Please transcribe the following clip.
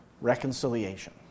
Reconciliation